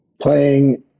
playing